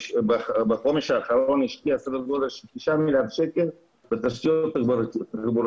בחומש האחרון הושקעו סדר גודל של 9 מיליארד שקלים בתשתיות תחבורתיות.